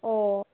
অ'